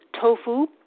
Tofu